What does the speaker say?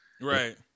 Right